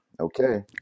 okay